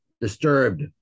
disturbed